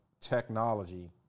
technology